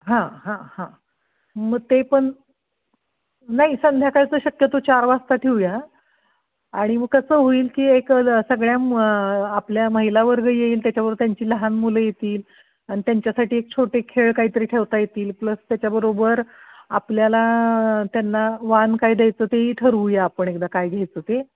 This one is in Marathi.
हां हां हां मग ते पण नाही संध्याकाळचं शक्यतो चार वाजता ठेवूया आणि मग कसं होईल की एक ल सगळ्या म आपल्या महिला वर्ग येईल त्याच्याबरो त्यांची लहान मुलं येतील आणि त्यांच्यासाठी एक छोटे खेळ काहीतरी ठेवता येतील प्लस त्याच्याबरोबर आपल्याला त्यांना वाण काय द्यायचं तेही ठरवूया आपण एकदा काय घ्यायचं ते